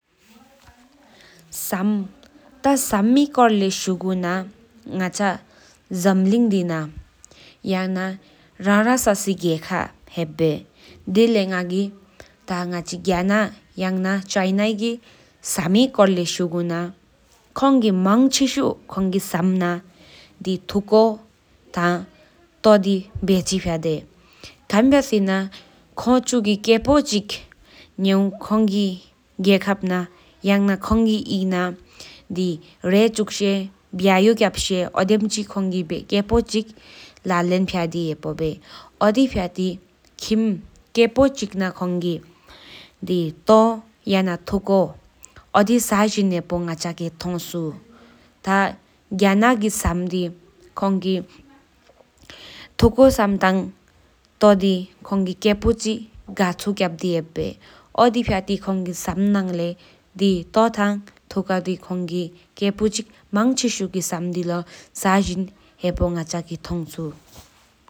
སམ་ཐ་ས་མི་སྐོར་ལེགས་ཤུ་གུ་ན་ང་ཅ་ཇམ་ལིང་དེ་ན་ཡང་ན་རང་རང་སོ་སི་རྒྱལ་ཁ་ཧེབ་བེ་ཐ་དེ་ལེགས་གྱན་ཁ་གི་སམ་མི་སྐོར་ལེགས་ཤུ་གུ་ན་ཁོང་གི་མང་ཚི་ཤུ་ཐུ་ཀོ་ཐ་ཐོ་དི་བེ་ཅི་ཕྱ་བེ། ཁན་བྱས་ན་ཁོང་ཆུ་གི་ཁེ་པོ་ཅི་ཁོང་གི་རྒྱལ་ཁབ་ན་ཏེ་ཆུག་ཤེ་ཨོ་བེམ་ཁེ་པོ་ཅི་ཁོང་གི་ལ་ལེན་ཕྱ་དེ་ཧེ་པོ་བེོ་ཨོ་དི་ཕྱ་ཐོ་ཁིམ་ཁེ་པོ་ཅི་ན་དི་ཐ་ཡང་ག་ཐུ་ཀོ་ས་ཅེན་ཧེ་པོ་ང་ཅ་གི་ཐོན་ཚུ། ཐ་གྱན་ཁ་ཀི་སམ་ཐུ་ཀོ་ཐ་ཐོ་དིང་ཁེ་པོ་ང་ཆུ་ཁྱ་ཕ་དེ་ཧེབ་བེ་ཨོ་དི་ཕྱ་ཐི་དམ་ན་ཐོ་དི་ཐ་ཐུ་ཀོ་དི་ས་ཅེན་ཧེ་པོ་ང་ཅ་གི་ཐོོ་ཆུ།